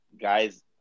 Guys